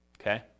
Okay